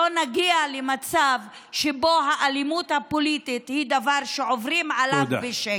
שלא נגיע למצב שבו האלימות הפוליטית היא דבר שעוברים עליו בשקט.